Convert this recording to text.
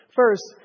first